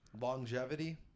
Longevity